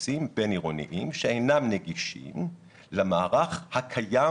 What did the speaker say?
אוטובוסים בין עירוניים שאינם נגישים למערך הקיים